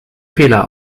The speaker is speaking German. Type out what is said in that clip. fehler